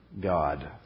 God